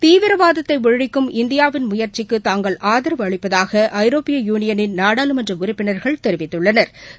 தீவிரவாதத்தைஒழிக்கும் இந்தியாவின் முயற்சிக்குதாங்கள் ஆதரவு அளிப்பதாகஐரோப்பிய யூனியனின் நாடாளுமன்றஉறுப்பினா்கள் தெரிவித்துள்ளனா்